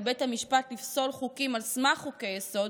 בית המשפט לפסול חוקים על סמך חוקי-יסוד,